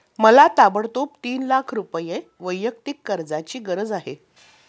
मला ताबडतोब तीन लाख रुपये वैयक्तिक कर्जाची गरज आहे